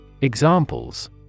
Examples